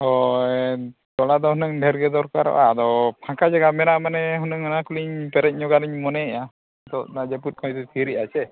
ᱦᱳᱭ ᱛᱚᱲᱟ ᱫᱚ ᱦᱩᱱᱟᱹᱝ ᱰᱷᱮᱹᱨ ᱜᱮ ᱫᱚᱨᱠᱟᱨᱚᱜᱼᱟ ᱟᱫᱚ ᱯᱷᱟᱸᱠᱟ ᱡᱟᱭᱜᱟ ᱢᱮᱱᱟᱜᱼᱟ ᱢᱟᱱᱮ ᱦᱩᱱᱟᱹᱝ ᱚᱱᱟ ᱠᱚᱞᱤᱧ ᱯᱮᱨᱮᱡ ᱧᱚᱜᱟᱜᱼᱟ ᱞᱤᱧ ᱢᱚᱱᱮᱭᱮᱜᱼᱟ ᱱᱤᱛᱚᱜ ᱚᱱᱟ ᱡᱟᱹᱯᱤᱫ ᱠᱷᱚᱡ ᱫᱚ ᱛᱷᱤᱨᱮᱫ ᱟᱭ ᱥᱮ